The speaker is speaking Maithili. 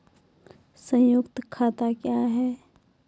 संयुक्त खाता क्या हैं?